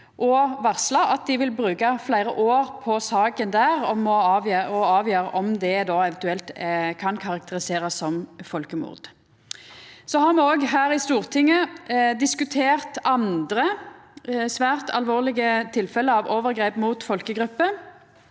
og varsla at dei vil bruka fleire år på saka for å avgjera om det eventuelt kan karakteriserast som folkemord. Her i Stortinget har me òg diskutert andre svært alvorlege tilfelle av overgrep mot folkegrupper,